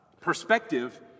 perspective